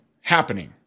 happening